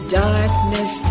darkness